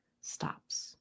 stops